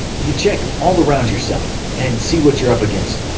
you check all around yourself, and see what you're up against.